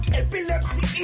epilepsy